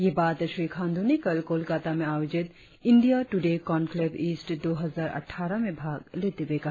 ये बात श्री खांडू ने कल कोलकाता में आयोजित इंडिया टूडे काँनक्लेव ईस्ट दो हजार अट्ठारह में भाग लेते हुए कहा